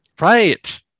right